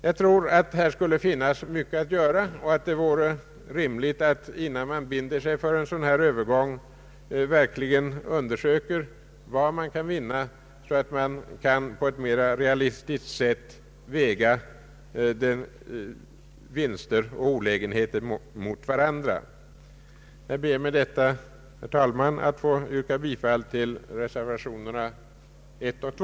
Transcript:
Jag tror att här skulle finnas mycket att göra och att det vore rimligt, innan man binder sig för en dylik övergång, att verkligen undersöka vad man kan vinna, så att man på ett mer realistiskt sätt kan väga vinster och olägenheter mot varandra. Jag ber med detta, herr talman, att få yrka bifall till reservationerna I och II.